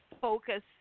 focus